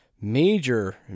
major